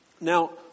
Now